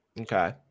Okay